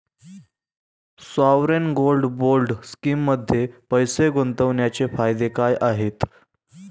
Sovereign gold bond स्कीममध्ये पैसे गुंतवण्याचे फायदे काय आहेत?